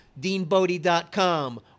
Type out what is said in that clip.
deanbodie.com